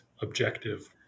objective